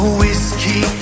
whiskey